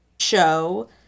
show